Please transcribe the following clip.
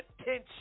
attention